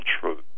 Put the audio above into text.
truth